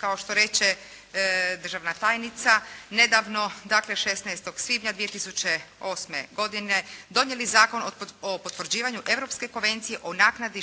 kao što reče državna tajnica, nedavno dakle 16. svibnja 2008. godine donijeli Zakon o potvrđivanju Europske konvencije o naknadi